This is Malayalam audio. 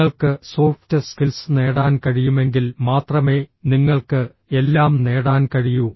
നിങ്ങൾക്ക് സോഫ്റ്റ് സ്കിൽസ് നേടാൻ കഴിയുമെങ്കിൽ മാത്രമേ നിങ്ങൾക്ക് എല്ലാം നേടാൻ കഴിയൂ